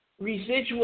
residual